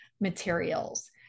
materials